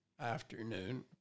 afternoon